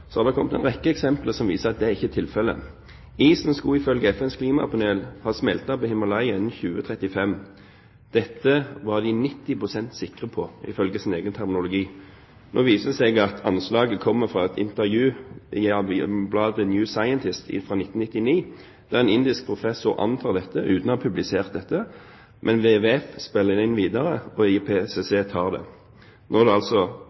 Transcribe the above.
har det kommet en rekke eksempler som viser at det ikke er tilfellet. Isen skulle ifølge FNs klimapanel ha smeltet i Himalaya innen 2035. Dette var de 90 pst. sikre på, ifølge sin egen terminologi. Nå viser det seg at anslaget kommer fra et intervju i bladet New Scientist fra 1999, der en indisk professor antok dette, uten å ha publisert det. Men WWF spilte det videre, og IPCC tok det. Nå er det altså